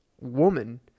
woman